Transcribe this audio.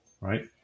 Right